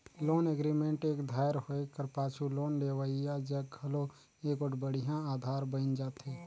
loan agreement एक धाएर होए कर पाछू लोन लेहोइया जग घलो एगोट बड़िहा अधार बइन जाथे